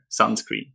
sunscreen